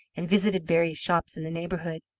and visited various shops in the neighbourhood.